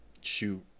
shoot